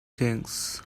things